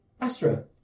Astra